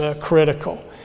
critical